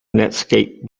netscape